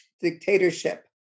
dictatorship